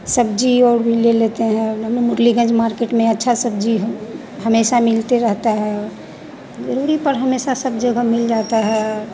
सब्जी और भी ले लेते हैं हमें मुरलीगंज अच्छा सब्जी है हमेशा मिलते रहता है ज़रूरी पर हमेशा सब जगह मिल जाता है